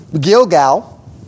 Gilgal